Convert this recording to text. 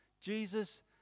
Jesus